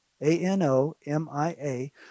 A-N-O-M-I-A